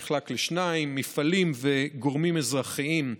נחלק לשניים: מפעלים וגורמים אזרחיים,